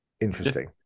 interesting